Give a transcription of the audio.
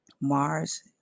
Mars